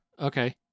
Okay